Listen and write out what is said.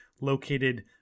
located